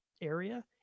area